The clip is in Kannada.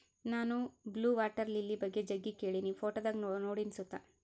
ನಾನು ಬ್ಲೂ ವಾಟರ್ ಲಿಲಿ ಬಗ್ಗೆ ಜಗ್ಗಿ ಕೇಳಿನಿ, ಫೋಟೋದಾಗ ನೋಡಿನಿ ಸುತ